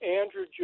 Andrew